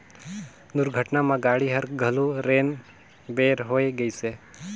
दुरघटना म गाड़ी हर घलो रेन बेर होए गइसे